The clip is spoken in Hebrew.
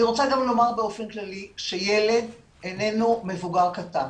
אני רוצה גם לומר באופן כללי שילד איננו מבוגר קטן.